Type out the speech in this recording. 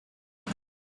pope